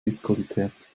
viskosität